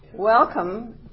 Welcome